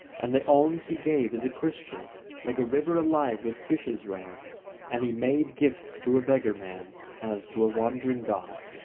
and the alms he gave as a christian like a river alive with fishes ran and he made gifts to a beggar man as to a wandering god.